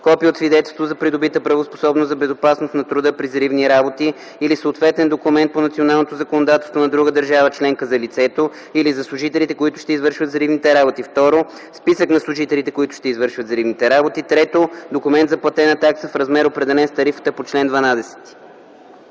копие от свидетелство за придобита правоспособност за безопасност на труда при взривни работи или съответен документ по националното законодателство на друга държава членка за лицето или за служителите, които ще извършват взривните работи; 2. списък на служителите, които ще извършват взривните работи; 3. документ за платена такса в размер, определен с тарифата по чл. 12.”